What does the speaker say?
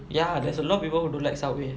ya that's a lot of people who don't like subway